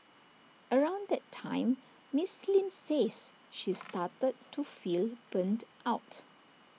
around that time miss Lin says she started to feel burnt out